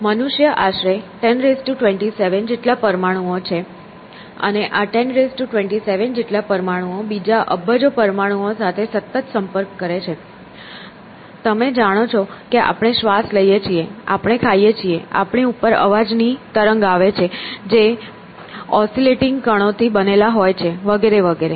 મનુષ્ય આશરે 1027 જેટલા પરમાણુઓ છે અને આ 1027 જેટલા પરમાણુઓ બીજા અબજો પરમાણુઓ સાથે સતત સંપર્ક કરે છે તમે જાણો છો કે આપણે શ્વાસ લઈએ છીએ આપણે ખાઈએ છીએ આપણી ઉપર અવાજની તરંગ આવે છે જે ઓસિલેટીંગ કણો થી બનેલા હોય છે વગેરે વગેરે